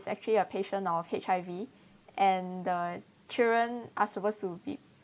actually a patient of H_I_V and the children are supposed to be